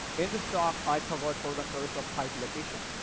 in this talk, i covered foreground service of type location.